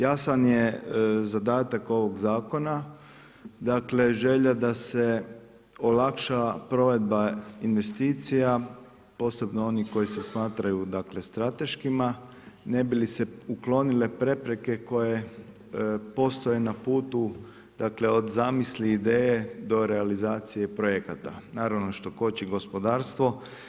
Jasan je zadatak ovog zakona, dakle želja da se olakša provedba investicija posebno onih koje se smatraju, dakle strateškima ne bi li se uklonile prepreke koje postoje na putu, dakle od zamisli i ideje do realizacije projekata naravno što koči gospodarstvo.